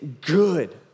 good